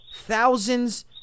thousands